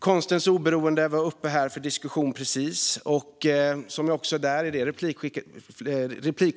Konstens oberoende var precis uppe för diskussion i ett replikskifte.